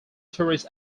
tourist